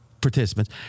participants